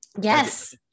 yes